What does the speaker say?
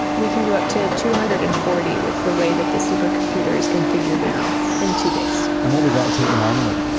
we can do up to two hundred and forty with the way that the supercomputer is configured now in two days. and what would that take normally?